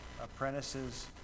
apprentices